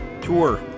tour